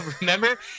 Remember